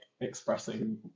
expressing